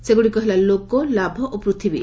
ସେଗୁଡ଼ିକ ହେଲା ଲୋକ ଲାଭ ଓ ପୂଥିବୀ